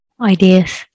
ideas